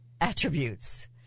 attributes